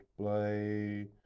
play